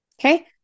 Okay